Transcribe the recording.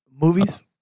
Movies